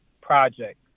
project